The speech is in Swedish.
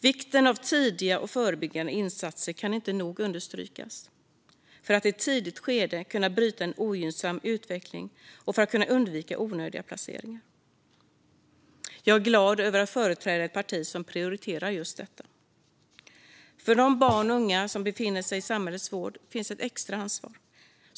Vikten av tidiga och förebyggande insatser kan inte nog understrykas när det gäller möjligheten att i ett tidigt skede bryta en ogynnsam utveckling och undvika onödiga placeringar. Jag är glad över att företräda ett parti som prioriterar just detta. För de barn och unga som befinner sig i samhällets vård finns ett extra ansvar.